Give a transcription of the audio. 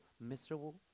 miserable